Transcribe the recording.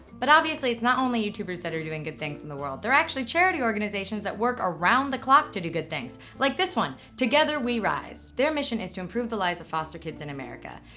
but obviously, it's not only youtubers that are doing good things in the world, there are actually charity organizations that work around the clock to do good things. like this one, together we rise. their mission is to improve the lives of foster kids in america.